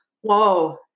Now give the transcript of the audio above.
Whoa